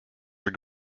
were